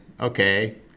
okay